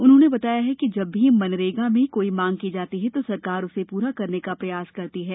उन्होंने बताया कि जब भी मनरेगा में कोई मांग की जाती है तो सरकार उसे पूरा करने का प्रयास करती है